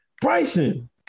Bryson